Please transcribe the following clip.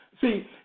See